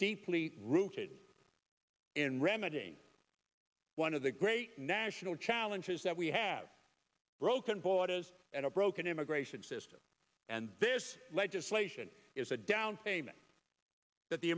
deeply rooted in remedying one of the great national challenges that we have broken borders and a broken immigration system and this legislation is a down payment that the